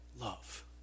love